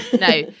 No